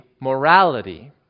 morality